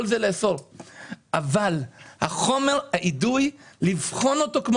אבל את חומר האידוי צריך לבחון.